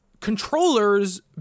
controllers